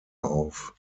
auf